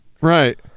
right